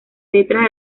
letras